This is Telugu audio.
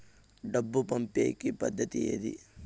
డబ్బు పంపేకి పద్దతి ఏది